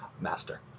Master